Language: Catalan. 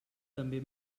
també